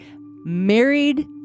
Married